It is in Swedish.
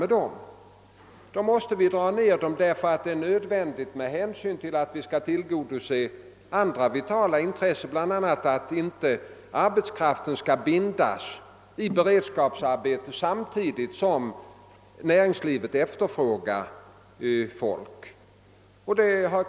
Det är nödvändigt, med hänsyn till att vi också måste tillgodose andra vitala intressen. Arbetskraft skall inte bindas i beredskapsarbete samtidigt som näringslivet efterfrågar arbetskraft.